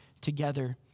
together